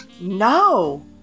no